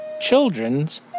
children's